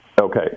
Okay